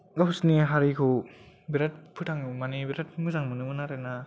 गावसोरनि हारिखौ बिराद फोथांनो माने बिराद मोजां मोनोमोन आरो ना